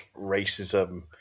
racism